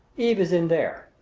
eve is in there.